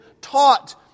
taught